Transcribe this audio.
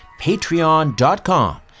patreon.com